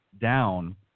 down